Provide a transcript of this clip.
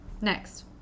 Next